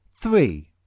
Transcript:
Three